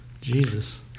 Jesus